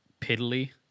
piddly